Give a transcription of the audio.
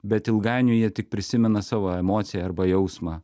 bet ilgainiui jie tik prisimena savo emociją arba jausmą